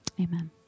Amen